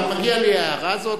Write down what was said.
מגיעה לי ההערה הזאת?